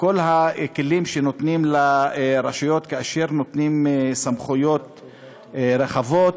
כל הכלים שנותנים לרשויות כאשר נותנים סמכויות רחבות,